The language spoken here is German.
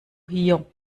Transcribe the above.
hier